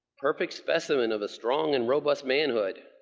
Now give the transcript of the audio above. perfect specimen of a strong and robust manhood,